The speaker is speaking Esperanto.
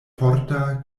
forta